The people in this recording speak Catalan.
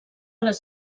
les